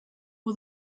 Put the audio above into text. for